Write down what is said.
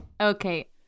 Okay